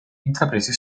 intraprese